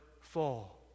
fall